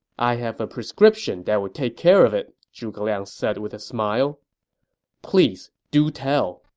i have a prescription that will take care of it, zhuge liang said with a smile please do tell.